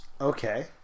Okay